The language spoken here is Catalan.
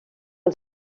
als